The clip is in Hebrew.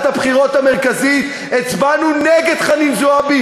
הבחירות המרכזית הצבענו נגד חנין זועבי,